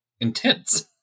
intense